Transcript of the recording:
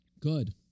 Good